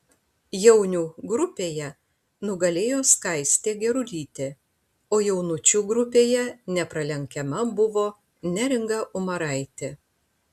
jaunių grupėje nugalėjo skaistė gerulytė o jaunučių grupėje nepralenkiama buvo neringa umaraitė